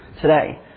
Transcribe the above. today